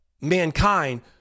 mankind